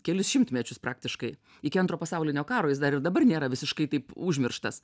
kelis šimtmečius praktiškai iki antro pasaulinio karo jis dar ir dabar nėra visiškai taip užmirštas